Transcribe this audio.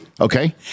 Okay